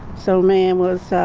so man was